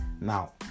Now